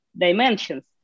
dimensions